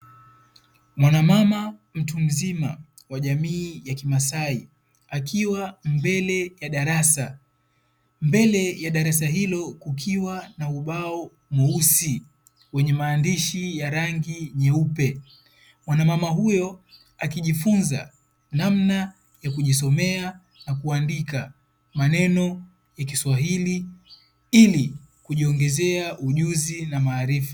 Mwanamama mtu mzima wa jamii ya kimasai akiwa mbele ya darasa. Mbele ya darasa hilo kukiwa na ubao mweusi wenye maandishi ya rangi nyeupe. Mwana mama huyo akijifunza namna ya kujisomea na kuandika maneno ya Kiswahili ili kujiongezea ujuzi na maarifa."